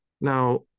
Now